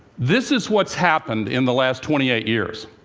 this is what's happened in the last twenty eight years.